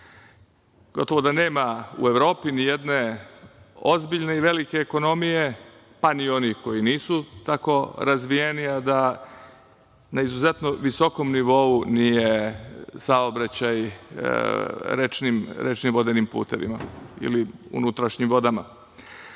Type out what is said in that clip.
da nema u Evropi nijedne ozbiljne i velike ekonomije, pa ni onih koji nisu tako razvijeni, a da na izuzetno visokom nivou nije saobraćaj rečnim vodenim putevima ili unutrašnjim vodama.